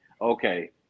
okay